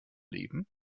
leben